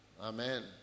Amen